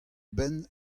benn